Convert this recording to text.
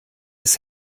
ist